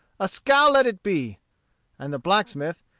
a skow let it be and the blacksmith,